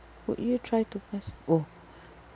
would you try to pass oh